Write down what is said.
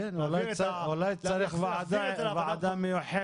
כן, אולי צריך ועדה מיוחדת.